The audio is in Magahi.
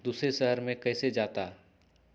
दूसरे शहर मे कैसे जाता?